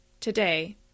today